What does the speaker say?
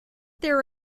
there